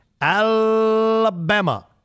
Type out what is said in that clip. Alabama